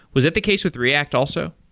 was that the case with react also?